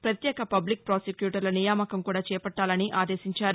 ప్రత్యేక పబ్లిక్ ప్రాసిక్యూటర్ల నియామకం కూడా చేపట్లాలని ఆదేశాశించారు